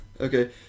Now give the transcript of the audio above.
Okay